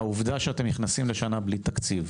האם העובדה שאתם נכנסים לשנה ללא תקציב,